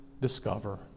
discover